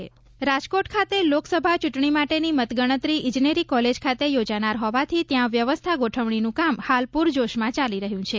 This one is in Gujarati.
રાજકોટ મતગણતરી રાજકોટ ખાતે લોકસભા ચૂંટણી માટેની મતગણતરી ઇજનેરી કોલેજ ખાતે યોજાનાર હોવાથી ત્યાં વ્યવસ્થા ગોઠવણીનું કામ હાલ પુરજોશમાં ચાલી રહ્યું છે